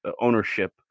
ownership